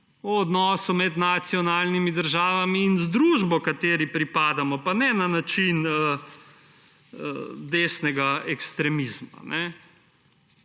o odnosu med nacionalnimi državami in združbo, ki ji pripadamo, pa ne na način desnega ekstremizma,